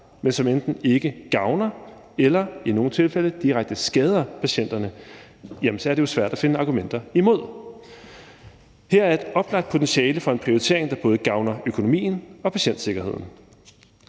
men som enten ikke gavner eller i nogle tilfælde direkte skader patienterne, jamen så er det jo svært at finde argumenter imod. Her er et oplagt potentiale for en prioritering, der både gavner økonomien og patientsikkerheden.